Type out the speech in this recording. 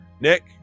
Nick